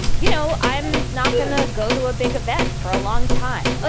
you know, i'm not gonna go to a big event for a long time. ah